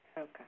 Okay